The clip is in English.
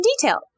detail